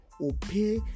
obey